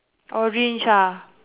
orange ah